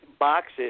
boxes